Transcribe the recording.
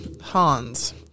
Hans